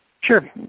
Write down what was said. Sure